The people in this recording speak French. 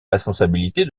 responsabilité